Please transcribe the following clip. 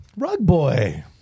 Rugboy